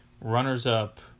runners-up